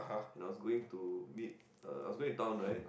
and I was going to meet uh I was going to town right